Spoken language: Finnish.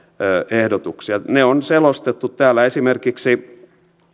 ehdotuksia ne on selostettu täällä esimerkiksi